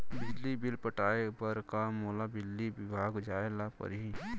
बिजली बिल पटाय बर का मोला बिजली विभाग जाय ल परही?